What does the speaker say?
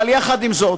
אבל יחד עם זאת,